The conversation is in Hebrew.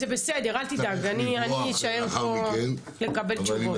זה בסדר, אל תדאג, אני אשאר פה לקבל תשובות.